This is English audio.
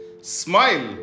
Smile